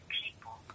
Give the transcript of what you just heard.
people